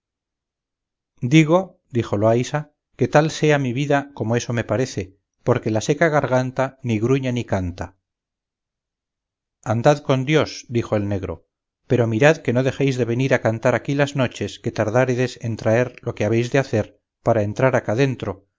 digo dijo loaysa que tal sea mi vida como eso me parece porque la seca garganta ni gruñe ni canta andad con dios dijo el negro pero mirad que no dejéis de venir a cantar aquí las noches que tardáredes en traer lo que habéis de hacer para entrar acá dentro